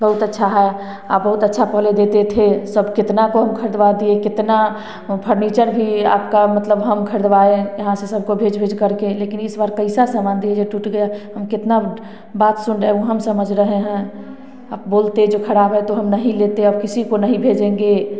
बहुत अच्छा है आप बहुत अच्छा पहले देते थे सब कितना तो खरीदवा दिए कितना फर्नीचर भी आपका मतलब हम खरीदवाए यहाँ से सब को भेज भेज करके लेकिन इस बार कईसा समान दिए कि टूट गया हम कितना बात सुन रहे हैं ऊ हम समझ रहे हैं आप बोलते जो खराब है तो हम नहीं लेते अब किसी को नहीं भेजेंगे